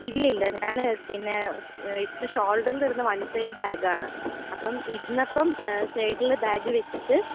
ഇല്ല ഇല്ല ഞാൻ പിന്നെ ഇട്ട് ഷോൾഡറിൽ ഇടുന്ന വൺ സൈഡ് ബാഗ് ആണ് അപ്പം ഇരുന്നപ്പം സൈഡിൽ ബാഗ് വെച്ചിട്ട്